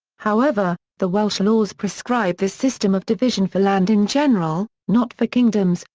however, the welsh laws prescribe this system of division for land in general, not for kingdoms,